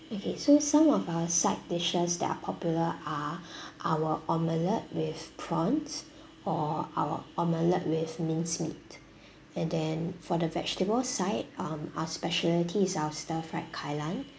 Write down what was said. okay so some of our side dishes that are popular are our omelet with prawns or our omelet with minced meat and then for the vegetable side um our speciality is our stir fried kailan